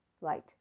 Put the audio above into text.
light